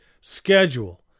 schedule